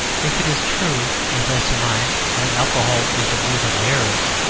if it is true, as i surmise, that alcohol is a word of the arabs,